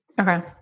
Okay